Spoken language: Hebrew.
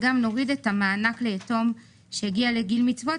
נוריד גם את המענק ליתום שהגיע לגיל מצוות